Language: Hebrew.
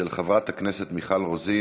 של חברת הכנסת מיכל רוזין.